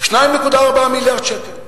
2.4 מיליארד שקל,